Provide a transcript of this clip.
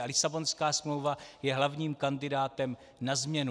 A Lisabonská smlouva je hlavním kandidátem na změnu.